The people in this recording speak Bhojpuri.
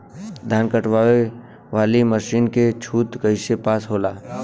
धान कांटेवाली मासिन के छूट कईसे पास होला?